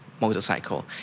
motorcycle